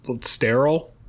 sterile